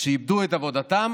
שאיבדו את עבודתם